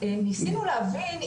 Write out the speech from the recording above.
ניסינו להבין,